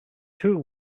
two